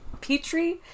Petri